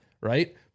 Right